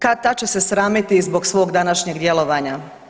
Kad-tad će se sramiti zbog svog današnjeg djelovanja.